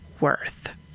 worth